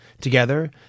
Together